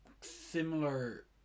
similar